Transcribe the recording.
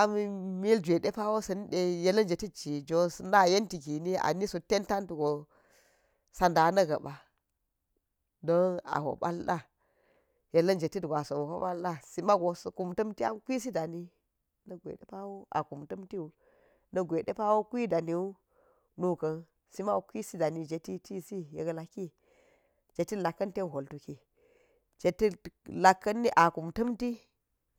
nda na jetiti, mulwe ɗepaure sa̱ nide yellan jetitji jo sa̱ na yenfi gini a ni sut tan jan gtu go sa da̱ na̱ gaban ɗan a ho ba̱a̱ da yallan si mago sa̱ kam tamti han kwisi da n iwi nagwe de pawo a kum tamtiwu nag we depawo kwi da ni wu nu ka̱n siman kwisi danii wina̱k gweɗe pawo a kum tam tiwo, nak gwe kwi danni wo, nu kan am ma go kwi dana wi yek laki, jetit lakini a kum tamfi